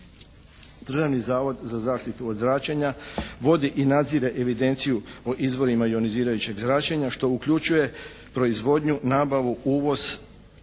Državni zavod za zaštitu od zračenja vodi i nadzire evidenciju o izvorima ionizirajućeg zračenja što uključuje proizvodnju, nabavu, uvoz,